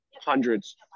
hundreds